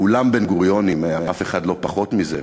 כולם בן-גוריונים, אף אחד לא פחות מזה.